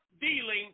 dealing